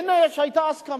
והנה, היתה הסכמה,